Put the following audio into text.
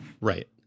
Right